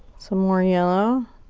some more yellow.